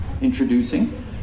introducing